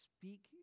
speak